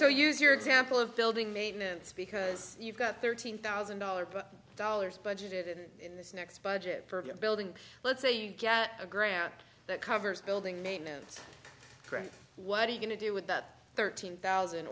so use your example of building maintenance because you've got thirteen thousand dollars dollars budgeted in this next budget for a building let's say you get a grant that covers building maintenance what are you going to do with that thirteen thousand